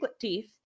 teeth